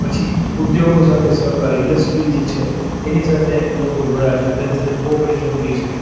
પછી ઉદ્યોગો સાથે સહકાર ઈન્ડસ્ટ્રી જે છે એની સાથે લોકો જોડાયા છે બધાની સાથે કો ઓપરેશન થઈ શકે